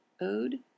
Ode